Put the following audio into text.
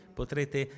potrete